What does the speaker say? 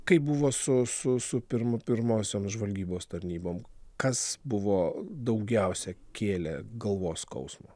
kaip buvo su su su pirmu pirmosiom žvalgybos tarnybom kas buvo daugiausia kėlė galvos skausmą